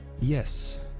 yes